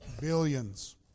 billions